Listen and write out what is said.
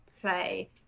play